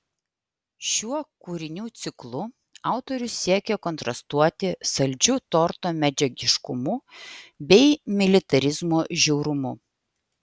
šiuo kūrinių ciklu autorius siekė kontrastuoti saldžiu torto medžiagiškumu bei militarizmo žiaurumu